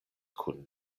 kun